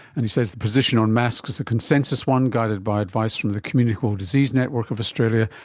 and he says the position on masks is a consensus one guided by advice from the communicable diseases network of australia,